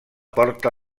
porta